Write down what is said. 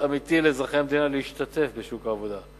אמיתי לאזרחי המדינה להשתתף בשוק העבודה.